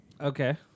Okay